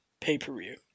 pay-per-view